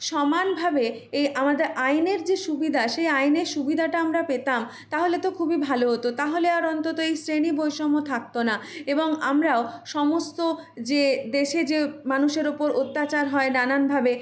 সমানভাবে এই আমাদের আইনের যে সুবিধা সেই আইনের সুবিধাটা আমরা পেতাম তাহলে তো খুবই ভালো হতো তাহলে আর অন্তত এই শ্রেণী বৈষম্য থাকতো না এবং আমরাও সমস্ত যে দেশে যে মানুষের ওপর অত্যাচার হয় নানানভাবে